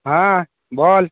হ্যাঁ বল